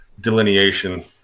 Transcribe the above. delineation